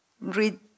read